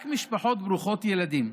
רק משפחות ברוכות ילדים,